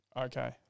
okay